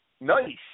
nice